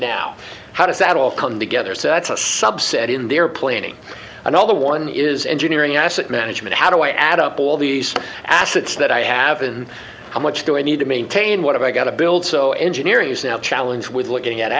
now how does that all come together so that's a subset in their planning another one is engineering asset management how do i add up all these assets that i haven't how much do i need to maintain what i got to build so engineering is now the challenge with looking at